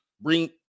Bring